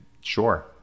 Sure